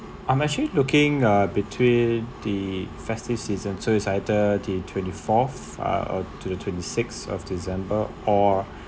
I'm actually looking uh between the festive season so it's either the twenty-forth uh to the twenty-sixth of december or